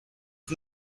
had